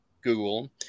Google